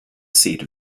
seat